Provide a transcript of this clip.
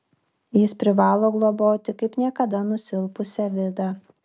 jis privalo globoti kaip niekada nusilpusią vidą